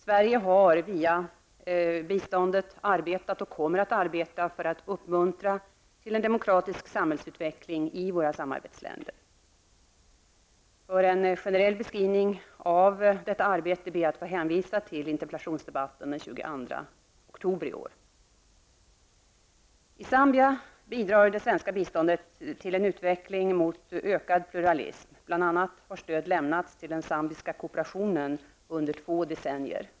Sverige har, via biståndet, arbetat och kommer att arbeta för att uppmuntra till en demokratisk samhällsutveckling i våra samarbetsländer. För en generell beskrivning av detta arbete, ber jag att få hänvisa till interpellationsdebatten den 22 oktober i år. I Zambia bidrar det svenska biståndet till en utveckling mot ökad pluralism, bl.a. har stöd lämnats till den zambiska kooperationen under två decennier.